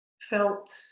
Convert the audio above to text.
felt